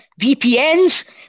VPNs